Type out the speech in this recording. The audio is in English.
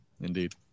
Indeed